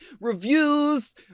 reviews